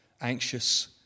anxious